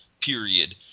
period